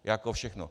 Jako všechno.